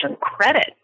credit